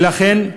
ולכן,